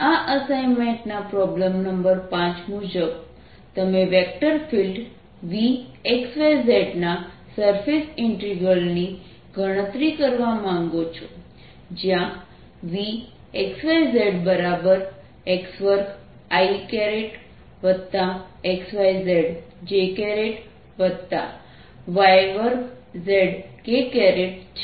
આ અસાઇનમેન્ટના problem number 5 મુજબ તમે વેક્ટર ફિલ્ડ Vxyz ના સરફેસ ઇન્ટીગ્રલની ગણતરી કરવા માંગો છો જ્યાંVxyzx2ixyzjy2zk છે